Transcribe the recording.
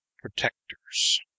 protectors